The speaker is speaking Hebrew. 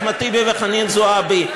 אחמד טיבי וחנין זועבי.